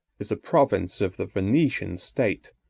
is a province of the venetian state,